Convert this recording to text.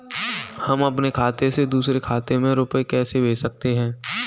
हम अपने खाते से दूसरे के खाते में रुपये कैसे भेज सकते हैं?